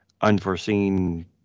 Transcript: unforeseen